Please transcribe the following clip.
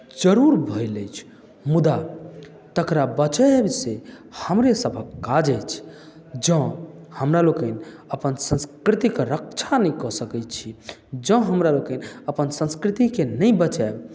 जरूर भेल अछि मुदा तकरा बचायब से हमरेसभक काज अछि जँ हमरा लोकनि अपन संस्कृतिकेँ रक्षा नहि कऽ सकैत छी जँ हमरा लोकनि अपन संस्कृतिकेँ नहि बचायब